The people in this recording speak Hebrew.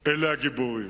הגיבורים.